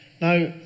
Now